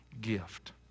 gift